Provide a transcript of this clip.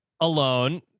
alone